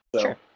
sure